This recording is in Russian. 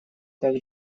так